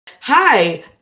Hi